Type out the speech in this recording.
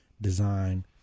design